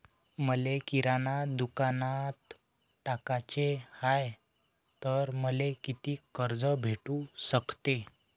मले किराणा दुकानात टाकाचे हाय तर मले कितीक कर्ज भेटू सकते?